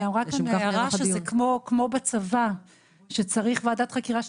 נאמרה הצעה שזה כמו בצבא שצריך ועדת חקירה.